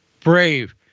Brave